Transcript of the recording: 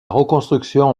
reconstruction